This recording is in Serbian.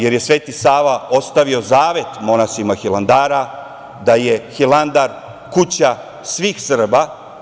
Jer je Sveti Sava ostavio zavet monasima Hilandara da je Hilandar kuća svih Srba.